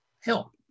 help